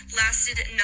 lasted